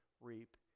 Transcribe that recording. reap